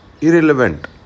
irrelevant